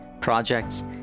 projects